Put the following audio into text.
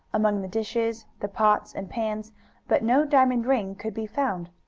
among the dishes, the pots and pans but no diamond ring could be found.